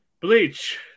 Bleach